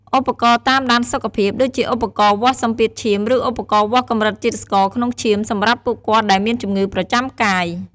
ឧបករណ៍តាមដានសុខភាព ដូចជាឧបករណ៍វាស់សម្ពាធឈាម ឬឧបករណ៍វាស់កម្រិតជាតិស្ករក្នុងឈាម សម្រាប់ពួកគាត់ដែលមានជំងឺប្រចាំកាយ។